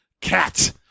cat